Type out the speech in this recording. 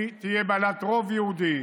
היא תהיה בעלת רוב יהודי,